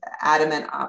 adamant